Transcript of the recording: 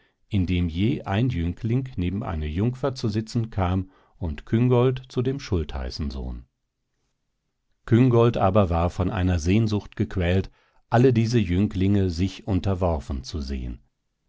indem je ein jüngling neben eine jungfer zu sitzen kam und küngolt zu dem schultheißensohn küngolt aber war von einer sehnsucht gequält alle diese jünglinge sich unterworfen zu sehen